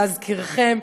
להזכירכם,